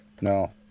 No